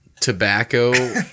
tobacco